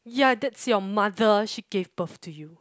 ya that's your mother she gave birth to you